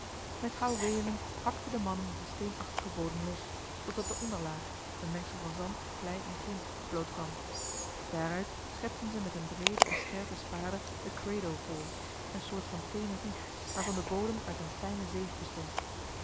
met houweelen hakten de mannen den steenachtigen bodem los totdat de onderlaag een mengsel van zand klei en grint bloot kwam daaruit schepten ze met eene breede en scherpe spade de cradle vol eene soort van teenen wieg waarvan de bodem uit eene fijne zeef bestond